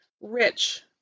rich